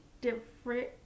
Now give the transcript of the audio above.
different